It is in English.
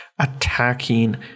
Attacking